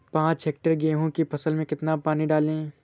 पाँच हेक्टेयर गेहूँ की फसल में कितना पानी डालें?